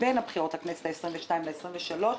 בין הבחירות לכנסת ה-22 לכנסת ה-23,